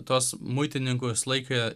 tuos muitininkus laikė